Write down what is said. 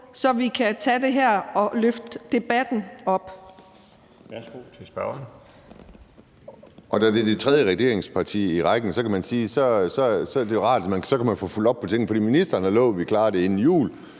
18:34 Kim Edberg Andersen (NB): Da det er det tredje regeringsparti i rækken, kan man jo sige, at det er rart, at man så kan få fulgt op på tingene. For ministeren har lovet, at vi klarer det inden jul,